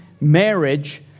marriage